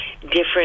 different